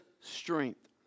strength